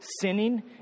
sinning